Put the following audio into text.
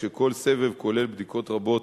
כשכל סבב כולל בדיקות רבות